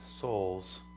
souls